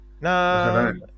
No